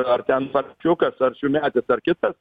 ar ten paršiukas ar šiųmetis ar kitas